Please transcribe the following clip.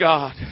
God